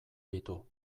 ditu